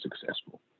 successful